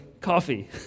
coffee